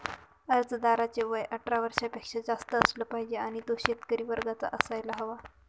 अर्जदाराचे वय अठरा वर्षापेक्षा जास्त असलं पाहिजे आणि तो शेतकरी वर्गाचा असायला हवा